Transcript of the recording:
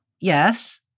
yes